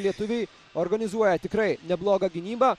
lietuviai organizuoja tikrai neblogą gynybą